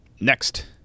Next